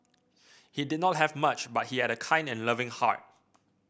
he did not have much but he had a kind and loving heart